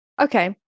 okay